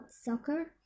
soccer